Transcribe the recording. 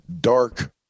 Dark